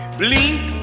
blink